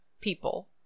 people